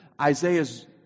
Isaiah's